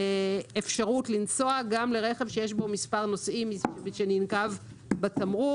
אפשרות לנסוע גם לרכב שיש בו מספר נוסעים שננקב בתמרור,